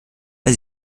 bei